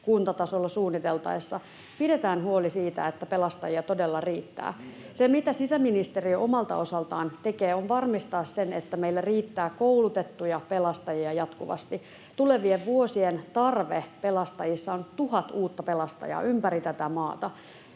kuntatasolla suunniteltaessa — että pidetään huoli siitä, että pelastajia todella riittää. [Petri Huru: Miten?] Se, mitä sisäministeriö omalta osaltaan tekee, on varmistaa se, että meillä riittää koulutettuja pelastajia jatkuvasti. Tulevien vuosien tarve pelastajissa on 1 000 uutta pelastajaa ympäri tätä maata.